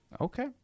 Okay